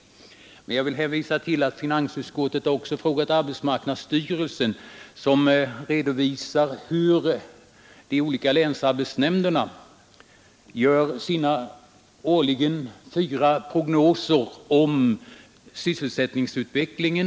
Jag vill emellertid hänvisa till att finansutskottet också har frågat arbetsmarknadsstyrelsen, som redovisar hur de olika länsarbetsnämn Nr 117 derna gör sina fyra årliga prognoser om sysselsättningsutvecklingen.